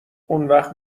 اونوقت